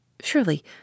Surely